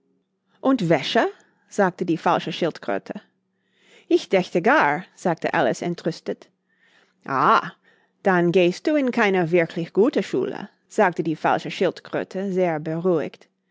und wäsche sagte die falsche schildkröte ich dächte gar sagte alice entrüstet ah dann gehst du in keine wirklich gute schule sagte die falsche schildkröte sehr beruhigt